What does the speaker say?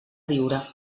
viure